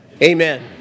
Amen